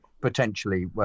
potentially